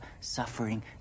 suffering